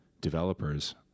developers